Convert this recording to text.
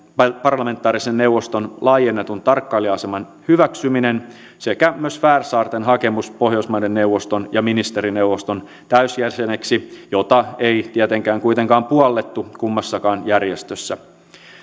parlamentaarisen neuvoston laajennetun tarkkailija aseman hyväksymisen sekä myös färsaarten hakemuksen pohjoismaiden neuvoston ja ministerineuvoston täysjäseneksi jota ei tietenkään kuitenkaan puollettu kummassakaan järjestössä